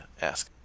ask